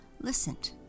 listened